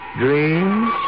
dreams